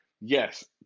yes